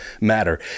matter